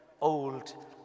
old